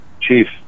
Chief